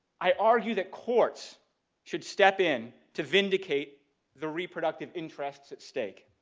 i argue that courts should step in to vindicate the reproductive interests at stake.